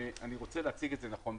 שאני רוצה להציג אותם נכון.